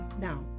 Now